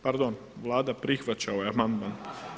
Pardon, Vlada prihvaća ovaj amandman.